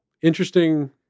interesting